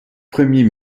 premier